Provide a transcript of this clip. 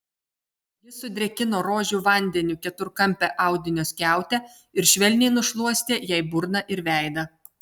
jis sudrėkino rožių vandeniu keturkampę audinio skiautę ir švelniai nušluostė jai burną ir veidą